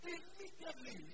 Immediately